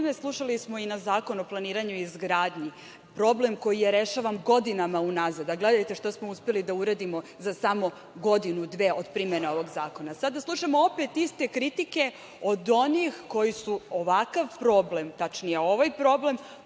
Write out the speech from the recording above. slušali i na Zakon o planiranju i izgradnji, problem koji je rešavan godinama unazad, a gledajte šta smo uspeli da uradimo za samo godinu, dve od primene ovog zakona. Sada slušamo opet iste kritike od onih koji su ovakav problem, tačnije ovaj problem